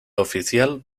oficial